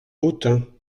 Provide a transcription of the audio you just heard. autun